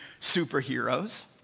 superheroes